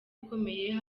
ikomeye